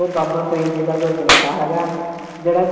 ਉਹ ਬਾਬਾ ਫਰੀਦ ਜੀ ਦਾ ਗੁਰਦੁਆਰਾ ਹੈਗਾ ਜਿਹੜਾ ਝ